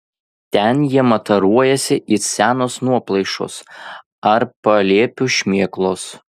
ten jie mataruojasi it senos nuoplaišos ar palėpių šmėklos